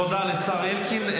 תודה לשר אלקין.